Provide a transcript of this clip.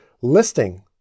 listing